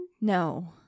No